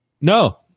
No